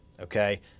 okay